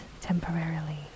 temporarily